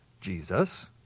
Jesus